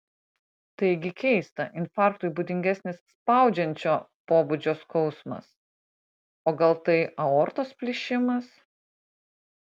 taigi keista infarktui būdingesnis spaudžiančio pobūdžio skausmas o gal tai aortos plyšimas